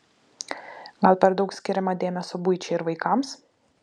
gal per daug skiriama dėmesio buičiai ir vaikams